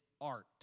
art